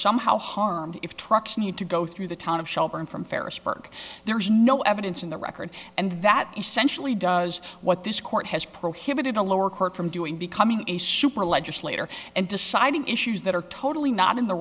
somehow harmed if trucks need to go through the town of shelburne from ferris park there is no evidence in the record and that essentially does what this court has prohibited the lower court from doing becoming a super legislator and deciding issues that are totally not in the